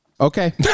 Okay